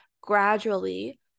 gradually